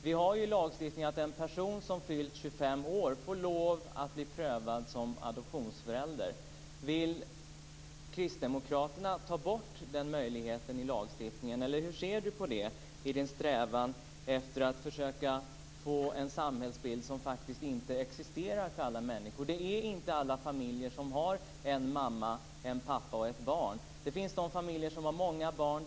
Enligt lagen får en person som fyllt 25 år lov att bli prövad som adoptionsförälder. Vill kristdemokraterna ta bort den möjligheten i lagstiftningen? Hur ser Kjell Eldensjö på det i sin strävan efter att försöka få en samhällsbild som faktiskt inte existerar för alla människor? Det är inte alla familjer som består av en mamma, en pappa och ett barn. Det finns de familjer som har många barn.